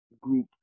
group